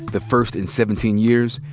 the first in seventeen years,